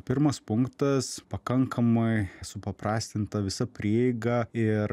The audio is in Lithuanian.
pirmas punktas pakankamai supaprastinta visa prieiga ir